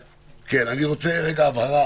כן, אני רוצה רגע הבהרה